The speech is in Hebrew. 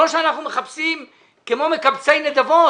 לא שאנחנו מחפשים כמו מקבצי נדבות,